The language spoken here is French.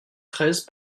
treize